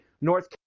North